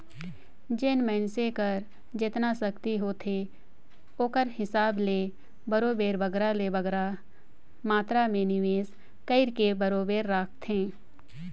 जेन मइनसे कर जेतना सक्ति होथे ओकर हिसाब ले बरोबेर बगरा ले बगरा मातरा में निवेस कइरके बरोबेर राखथे